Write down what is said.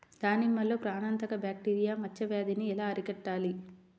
దానిమ్మలో ప్రాణాంతక బ్యాక్టీరియా మచ్చ వ్యాధినీ ఎలా అరికట్టాలి?